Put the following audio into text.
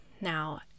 Now